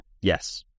Yes